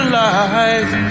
life